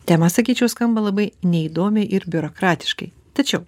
tema sakyčiau skamba labai neįdomiai ir biurokratiškai tačiau